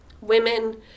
women